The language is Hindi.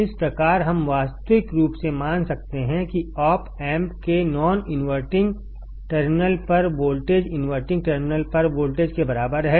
इस प्रकार हम वास्तविक रूप से मान सकते हैं कि ऑप एम्प के नॉन इनवर्टिंग टर्मिनलपर वोल्टेज इनवर्टिंग टर्मिनल पर वोल्टेज के बराबर है